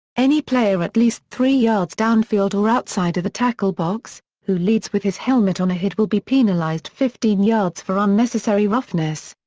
any player at least three yards downfield or outside of the tackle box who leads with his helmet on a hit will be penalized fifteen yards for unnecessary roughness.